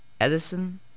Edison